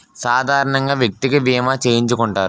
సాధారణంగా వ్యక్తికి బీమా చేయించుకుంటారు